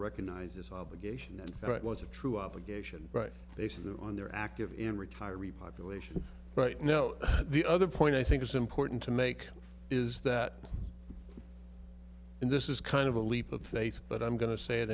recognize this obligation that was a true obligation right they said that on their active in retiree population but no the other point i think it's important to make is that this is kind of a leap of faith but i'm going to say it